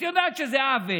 את יודעת שזה עוול.